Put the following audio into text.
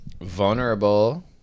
vulnerable